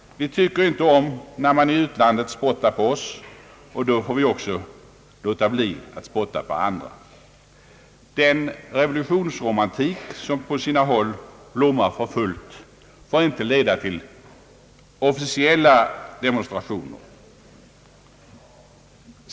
Vi tycker inte om att man i utlandet spottar på oss, och då måste vi också låta bli att spotta på andra. Den revolutionsromantik som på sina håll blommar för fullt får i vilket fall som helst inte leda till officiella demonstrationer.